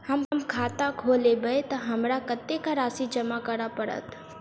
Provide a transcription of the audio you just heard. हम खाता खोलेबै तऽ हमरा कत्तेक राशि जमा करऽ पड़त?